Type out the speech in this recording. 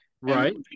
Right